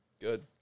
Good